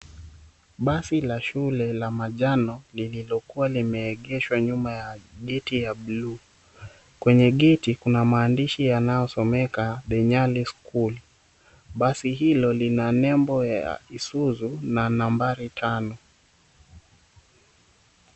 Basi la shule la manjano lililokuwa limeegeshwa nyuma ya geti ya blue . Kwenye geti kuna maandishi yanayosomeka, The Nyali School. Basi hilo lina nembo ya Isuzu na nambari tano.